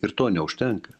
ir to neužtenka